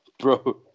bro